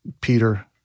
Peter